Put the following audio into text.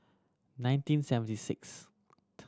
nineteen seventy sixth